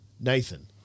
Nathan